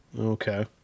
Okay